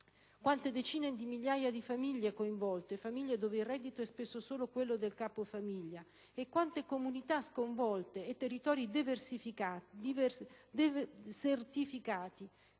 Quante decine di migliaia di famiglie coinvolte, famiglie dove il reddito è spesso solo quello del capofamiglia; e quante comunità sconvolte, territori desertificati